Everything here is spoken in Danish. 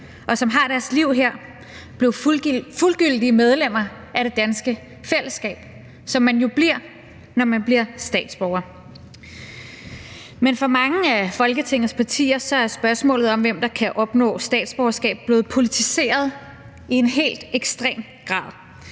og som har deres liv her, blev fuldgyldige medlemmer af det danske fællesskab, som man jo bliver, når man bliver statsborger. Men for mange af Folketingets partier er spørgsmålet om, hvem der kan opnå statsborgerskab, blevet politiseret i en helt ekstrem grad.